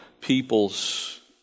people's